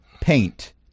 paint